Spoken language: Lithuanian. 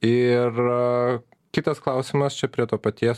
ir kitas klausimas čia prie to paties